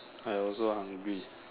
I also hungry